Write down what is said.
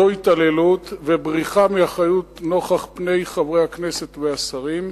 זוהי התעללות ובריחה מאחריות נוכח פני חברי הכנסת והשרים.